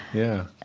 yeah.